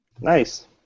Nice